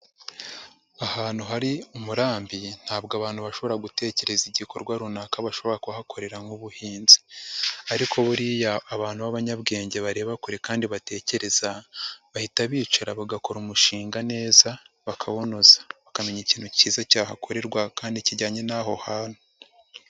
Ahantu hari umurambi ntabwo abantu bashobora gutekereza igikorwa runaka bashobora kuhakorera nk'ubuhinzi ariko buriya abantu b'abanyabwenge bareba kure kandi batekereza, bahita bicara bagakora umushinga neza, bakawunoza, bakamenya ikintu cyiza cyahakorerwa kandi kijyanye n'aho hantu.